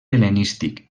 hel·lenístic